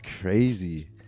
crazy